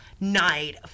night